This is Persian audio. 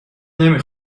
نمی